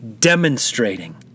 Demonstrating